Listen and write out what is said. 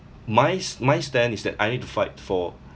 my's my stand is that I need to fight for